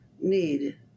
need